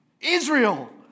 Israel